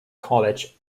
college